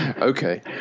okay